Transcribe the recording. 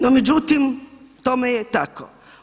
No međutim, tome je tako.